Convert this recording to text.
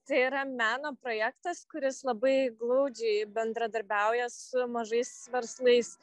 tai yra meno projektas kuris labai glaudžiai bendradarbiauja su mažais verslais